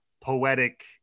poetic